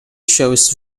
shows